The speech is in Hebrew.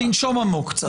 תנשום עמוק קצת.